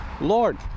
Lord